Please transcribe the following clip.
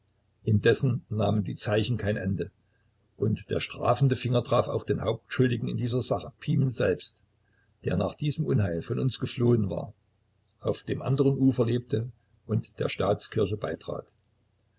indessen nahmen die zeichen kein ende und der strafende finger traf auch den hauptschuldigen in dieser sache pimen selbst der nach diesem unheil von uns geflohen war auf dem anderen ufer lebte und der staatskirche beitrat